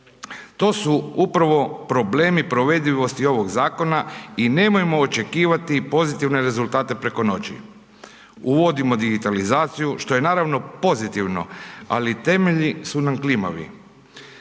To su upravo problemi provedivosti ovog zakona i nemojmo očekivati pozitivne rezultate preko noći. Uvodimo digitalizaciju, što je naravno pozitivno, ali temelji su nam klimavi.